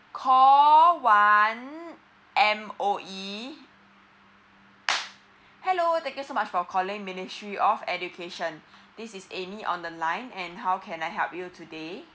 call one M_O_E hello thank you so much for calling ministry of education this is annie on the line and how can I help you today